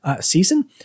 season